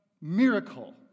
miracle